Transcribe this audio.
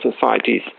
societies